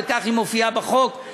וכך היא מופיעה בחוק,